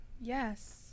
yes